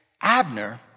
Abner